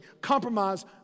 Compromise